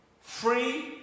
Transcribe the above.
Free